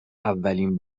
اولین